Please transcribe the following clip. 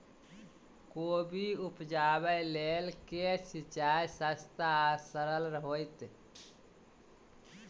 कोबी उपजाबे लेल केँ सिंचाई सस्ता आ सरल हेतइ?